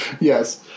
Yes